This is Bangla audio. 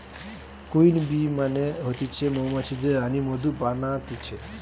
কুইন বী মানে হতিছে মৌমাছিদের রানী মধু বানাতিছে